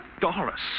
Doris